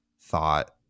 thought